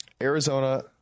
Arizona